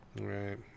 right